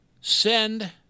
send